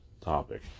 topic